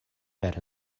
per